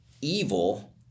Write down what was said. evil